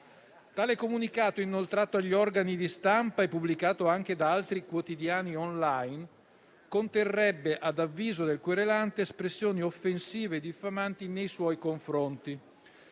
Tale comunicato, inoltrato agli organi di stampa e pubblicato anche da altri quotidiani *online*, conterrebbe, ad avviso del querelante, espressioni offensive e diffamanti nei suoi confronti.